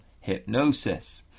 Hypnosis